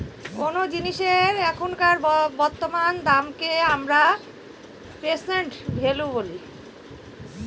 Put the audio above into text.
কোনো জিনিসের এখনকার বর্তমান দামকে আমরা প্রেসেন্ট ভ্যালু বলি